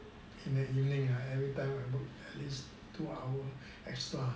in the evening I everytime I work at least two hour extra